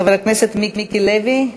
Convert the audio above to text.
חבר הכנסת מיקי לוי.